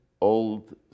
old